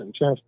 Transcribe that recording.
Yes